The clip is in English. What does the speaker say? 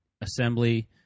assembly